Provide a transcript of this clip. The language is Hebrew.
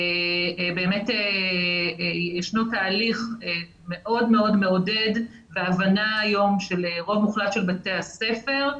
באמת יש תהליך מאוד מאוד מעודד והבנה היום של רוב מוחלט של בתי הספר.